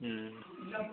ꯎꯝ